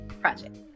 project